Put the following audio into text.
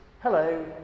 hello